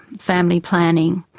family planning,